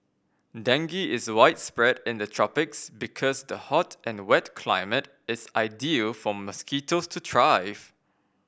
dengue is widespread in the tropics because the hot and wet climate is ideal for mosquitoes to thrive